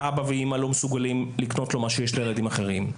שאבא ואימא לא מסוגלים לקנות לו מה שיש לילדים אחרים.